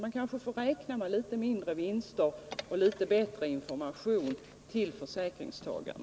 De får måhända räkna med litet mindre vinster men bättre information till försäkringstagarna.